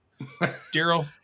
daryl